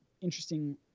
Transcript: interesting